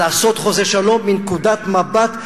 לעשות חוזה שלום מנקודת מבט,